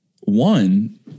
one